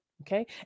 okay